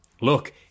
Look